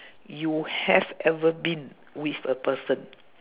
you have ever been with a person